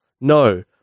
No